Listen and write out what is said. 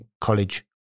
college